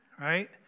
right